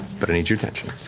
but i need your attention.